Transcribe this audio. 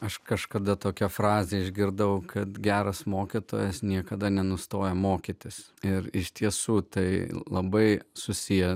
aš kažkada tokią frazę išgirdau kad geras mokytojas niekada nenustoja mokytis ir iš tiesų tai labai susiję